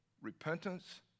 repentance